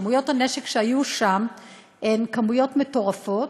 כמויות הנשק שהיו שם הן כמויות מטורפות,